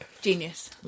Genius